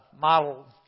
model